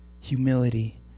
humility